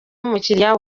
y’umukiriya